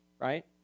right